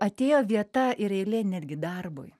atėjo vieta ir eilė netgi darbui